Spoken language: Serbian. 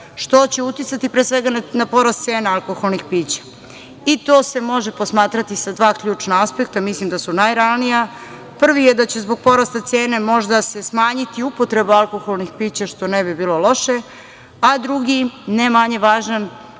što će uticati na porast cena alkoholnih pića. To se može posmatrati sa dva ključna aspekta. Mislim da su najrealnija. Prvi je da će se zbog porasta cene možda smanjiti upotreba alkoholnih pića, što ne bi bilo loše, a drugi, ne manje važan,